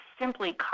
simply